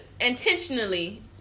intentionally